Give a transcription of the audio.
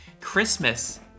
Christmas